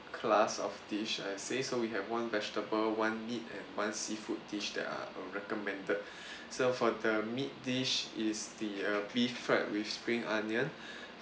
class of dish I would say so we have one vegetable one meat one seafood dish that I err recommended so for the meat dish is the uh beef fried with spring onion